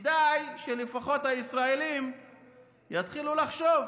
כדאי שלפחות הישראלים יתחילו לחשוב,